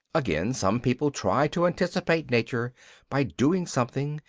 again, some people try to anticipate nature by doing something,